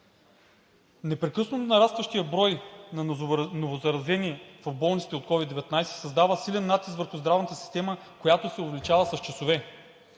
Непрекъснато нарастващият брой на новозаразени в болниците от COVID-19 създава силен натиск върху здравната система, която се увеличава с часове.